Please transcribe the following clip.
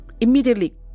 immediately